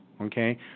Okay